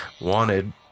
wanted